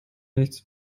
nichts